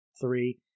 three